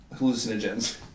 hallucinogens